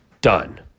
done